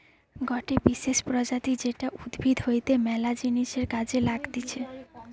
গটে বিশেষ প্রজাতি যেটা উদ্ভিদ হইতে ম্যালা জিনিসের কাজে লাগতিছে